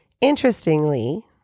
Interestingly